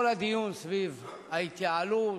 כל הדיון סביב ההתייעלות,